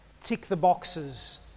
tick-the-boxes